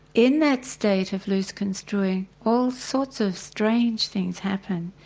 in that state of loose-construing all sorts of strange things happen,